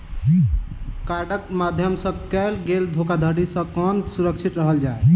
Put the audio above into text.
कार्डक माध्यम सँ कैल गेल धोखाधड़ी सँ केना सुरक्षित रहल जाए?